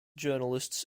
journalists